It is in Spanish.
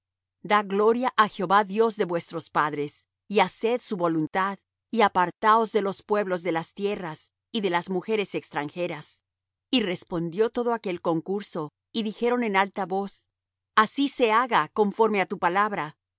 dad gloria á jehová dios de vuestros padres y haced su voluntad y apartaos de los pueblos de las tierras y de las mujeres extranjeras y respondió todo aquel concurso y dijeron en alta voz así se haga conforme á tu palabra